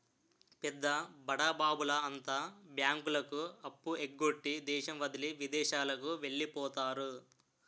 పెద్ద బడాబాబుల అంతా బ్యాంకులకు అప్పు ఎగ్గొట్టి దేశం వదిలి విదేశాలకు వెళ్లిపోతారు